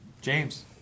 James